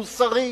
מוסרי,